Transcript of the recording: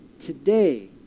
Today